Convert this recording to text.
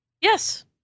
Yes